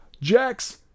Jax